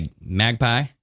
Magpie